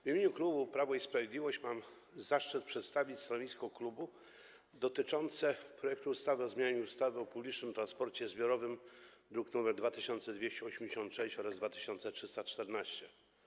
W imieniu klubu Prawo i Sprawiedliwość mam zaszczyt przedstawić stanowisko klubu dotyczące projektu ustawy o zmianie ustawy o publicznym transporcie zbiorowym, druk nr 2286 i 2314.